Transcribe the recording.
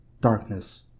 darkness